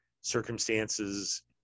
circumstances